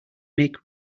make